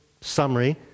summary